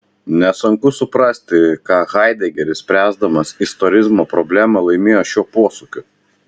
nesunku suprasti ką haidegeris spręsdamas istorizmo problemą laimėjo šiuo posūkiu